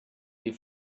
die